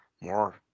more